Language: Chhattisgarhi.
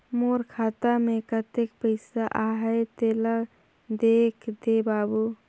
मोर खाता मे कतेक पइसा आहाय तेला देख दे बाबु?